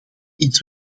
iets